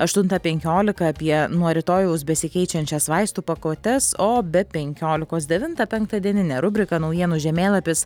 aštuntą penkiolika apie nuo rytojaus besikeičiančias vaistų pakuotes o be penkiolikos devintą penktadieninė rubrika naujienų žemėlapis